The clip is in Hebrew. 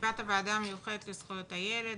ישיבת הוועדה המיוחדת לזכויות הילד.